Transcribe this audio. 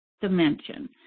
dimension